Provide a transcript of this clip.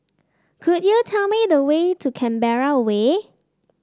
could you tell me the way to Canberra Way